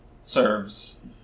serves